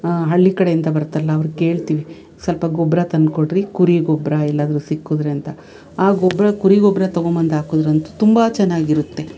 ಹಳ್ಳಿ ಕಡೆಯಿಂದ ಬರ್ತಾರಲ್ಲ ಅವ್ರ್ಗೆ ಹೇಳ್ತೀವಿ ಸ್ವಲ್ಪ ಗೊಬ್ರ ತಂದ್ಕೊಡ್ರಿ ಕುರಿ ಗೊಬ್ರ ಎಲ್ಲಾದ್ರೂ ಸಿಕ್ಕಿದ್ರೆ ಅಂತ ಆ ಗೊಬ್ರ ಕುರಿ ಗೊಬ್ರ ತೊಗೊಂಬಂದು ಹಾಕಿದ್ರಂತೂ ತುಂಬ ಚೆನ್ನಾಗಿರುತ್ತೆ